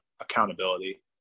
accountability